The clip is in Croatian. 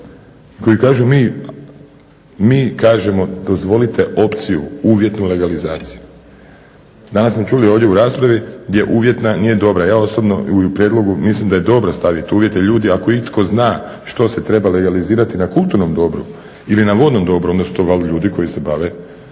koji kažu mi kažemo dozvolite opciju, uvjetnu legalizaciju. Danas smo čuli ovdje u raspravi gdje uvjetna nije dobra. Ja osobno u prijedlogu mislim da je dobro stavit uvjete. Ljudi ako itko zna što se treba legalizirati na kulturnom dobu ili na vodnom dobru onda su to valjda ljudi koji se bave